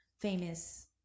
famous